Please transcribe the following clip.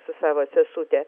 su savo sesute